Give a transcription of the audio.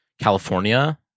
California